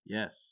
Yes